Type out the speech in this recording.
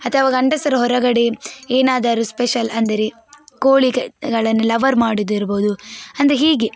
ಅಥವಾ ಗಂಡಸರು ಹೊರಗಡೆ ಏನಾದರು ಸ್ಪೆಷಲ್ ಅಂದರೆ ಕೋಳಿಗೆಗಳನ್ನೆಲ್ಲ ಅವರು ಮಾಡೋದಿರ್ರ್ಬೋದು ಅಂದರೆ ಹೀಗೆ